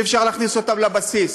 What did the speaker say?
ואי-אפשר להכניס אותן לבסיס.